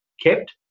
kept